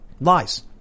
lies